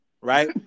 Right